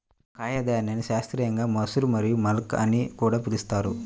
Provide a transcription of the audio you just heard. కాయధాన్యాన్ని శాస్త్రీయంగా మసూర్ మరియు మల్కా అని కూడా పిలుస్తారు